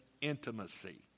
intimacy